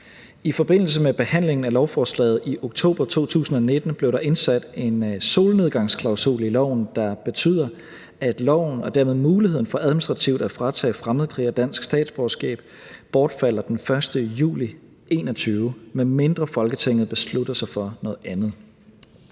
I forbindelse med behandlingen af lovforslaget i oktober 2019 blev der indsat en solnedgangsklausul i loven, der betyder, at loven og dermed muligheden for administrativt at fratage fremmedkrigere deres danske statsborgerskab bortfalder den 1. juli 2021, medmindre Folketinget beslutter sig for noget andet.